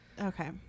Okay